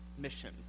mission